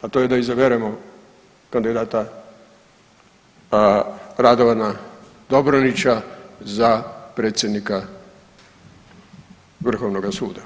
a to je da izaberemo kandidata Radovana Dobronića za predsjednika Vrhovnog suda.